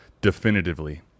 definitively